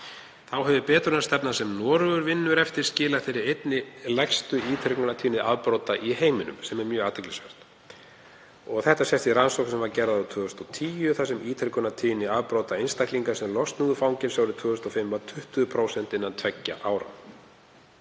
Þá hefur betrunarstefna sem Noregur vinnur eftir skilað einni lægstu ítrekunartíðni afbrota í heiminum sem er mjög athyglisvert. Þetta sést í rannsókn sem var gerð árið 2010 þar sem ítrekunartíðni afbrota einstaklinga sem losnuðu úr fangelsi árið 2005 var 20% innan tveggja ára.